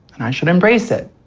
and i should embrace it.